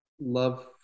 love